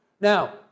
Now